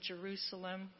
Jerusalem